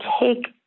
take